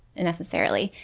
necessarily.